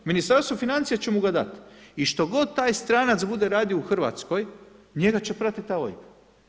Ministarstvo financija će mu ga dat i što god taj stranac bude radio u Hrvatskoj, njega će pratiti taj OIB.